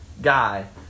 guy